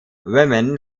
women